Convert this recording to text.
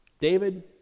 David